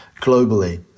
globally